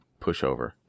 pushover